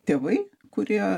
tėvai kurie